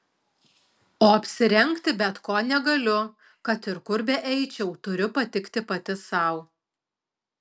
o apsirengti bet ko negaliu kad ir kur beeičiau turiu patikti pati sau